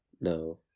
No